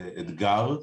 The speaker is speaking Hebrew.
זה אתגר.